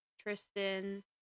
Tristan